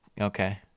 Okay